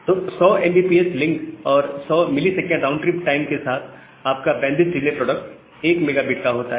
तो 100 mbps link और 100 ms round trip time के साथ आपका बैंडविड्थ डिले प्रोडक्ट 1 megabit होता है